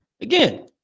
Again